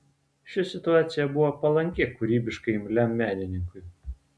ši situacija buvo palanki kūrybiškai imliam menininkui